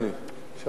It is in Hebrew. אדוני, בבקשה.